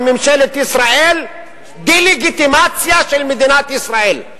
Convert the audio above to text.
ממשלת ישראל דה-לגיטימציה של מדינת ישראל.